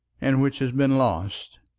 and which has been lost.